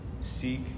Seek